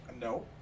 no